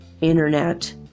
Internet